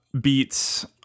beats